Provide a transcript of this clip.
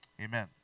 Amen